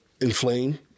inflame